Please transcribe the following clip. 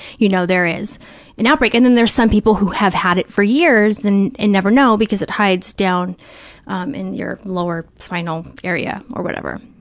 you know, there is an outbreak. and then there's some people who have had it for years and never know because it hides down um in your lower spinal area or whatever,